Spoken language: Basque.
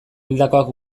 hildakoak